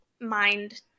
mind